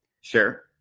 Sure